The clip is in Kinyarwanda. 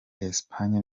espagne